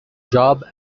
job